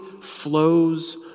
flows